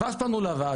ואז פנו לוועדה.